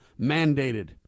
mandated